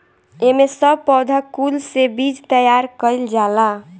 एमे सब पौधा कुल से बीज तैयार कइल जाला